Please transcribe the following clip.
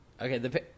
okay